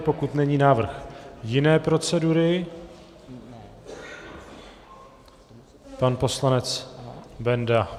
Pokud není návrh jiné procedury... pan poslanec Benda.